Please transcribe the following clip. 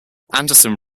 anderson